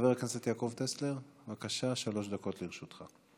חבר הכנסת יעקב טסלר, בבקשה, שלוש דקות לרשותך.